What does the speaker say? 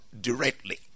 directly